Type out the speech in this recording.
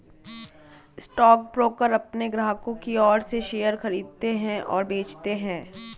stockbroker अपने ग्राहकों की ओर से शेयर खरीदते हैं और बेचते हैं